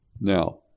Now